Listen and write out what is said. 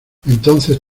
entonces